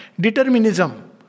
determinism